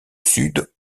sud